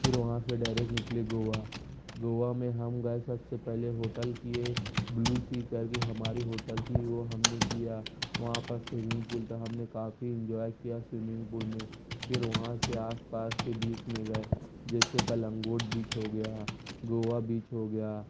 پھر وہاں سے ڈائریکٹ نکلے گوا گوا میں ہم گئے سب سے پہلے ہوٹل کیے بلیو سی کر کے ہماری ہوٹل تھی وہ ہم نے کیا وہاں پر سوئمنگ پل تھا ہم نے کافی انجوائے کیا سوئمنگ پل میں پھر وہاں سے آس پاس کے بیچ میں گیے جیسے کلنگوٹ بیچ ہو گیا گوا بیچ ہو گیا